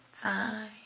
time